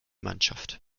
mannschaft